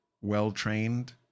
well-trained